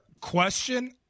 question